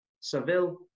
Seville